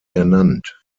ernannt